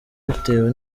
bitewe